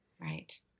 Right